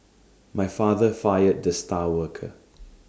my father fired the star worker